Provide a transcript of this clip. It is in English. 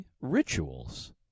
rituals